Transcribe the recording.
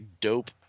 dope